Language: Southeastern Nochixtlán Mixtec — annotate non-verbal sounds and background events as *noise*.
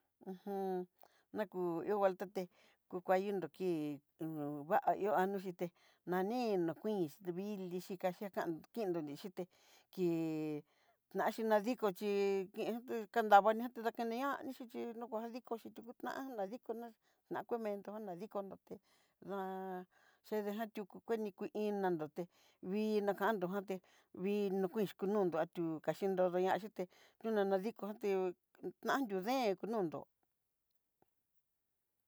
*hesitation* aki'o ihó nguartaté, kukayundó kii uu va ihó *hesitation* 'o yité, naninó kuin no vili xhikandó kindó ni chuté kii naxhi nadikó chí kenxhí kandaña tá dakeneñaxí, chí koá nadikó xhichí kutanxí nadikoná nakuveendó nadikon nroté na'a chede ña dukúnroté ná chede já yukú kuení kú iin nanróte vii najandó njoté vii no kuii xhií kuu nóndo, tu kaxhi anrodo yuté tuñaña dikoté nayudeen kunandó.